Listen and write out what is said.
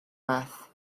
beth